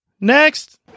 next